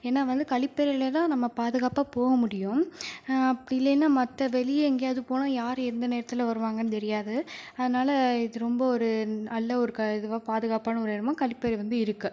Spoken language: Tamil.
ஏன்னா வந்து கழிப்பறையில் தான் நம்ம பாதுகாப்பாக போக முடியும் அப்படி இல்லேன்னா மற்ற வெளியே எங்கயாவது போனால் யார் எந்த நேரத்தில் வருவாங்கனு தெரியாது அதனால் இது ரொம்ப ஒரு நல்ல ஒரு க இதுவாக பாதுகாப்பான ஒரு இடமா கழிப்பறை வந்து இருக்கு